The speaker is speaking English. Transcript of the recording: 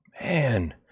man